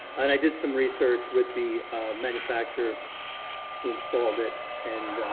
and i did some research with the manufacturer who installed it and